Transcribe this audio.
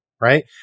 Right